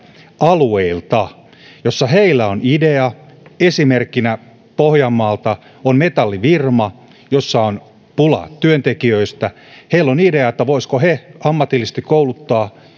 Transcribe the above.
alueilta missä heillä on idea esimerkkinä pohjanmaalta on metallifirma jossa on pulaa työntekijöistä ja heillä on idea että voisivatko he ammatillisesti kouluttaa